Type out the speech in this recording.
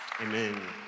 Amen